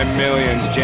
millions